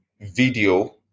video